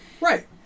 Right